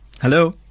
Hello